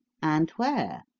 and where?